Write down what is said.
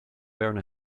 wearing